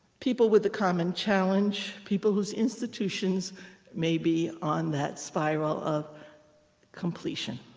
people with a common challenge. people whose institutions may be on that spiral of completion.